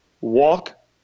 walk